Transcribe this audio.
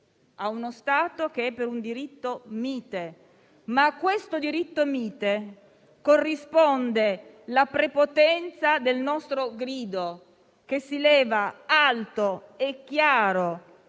a uno Stato che è per un diritto mite. Tuttavia, a questo diritto mite corrisponde la prepotenza del nostro grido, che si leva alto e chiaro,